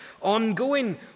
ongoing